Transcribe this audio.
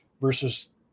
versus